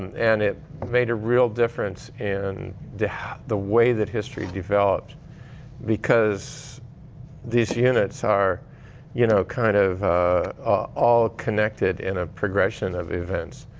and it made a real difference in the the way that history developed because these units are you know kind of all connected in a progression of events.